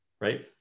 right